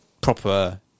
proper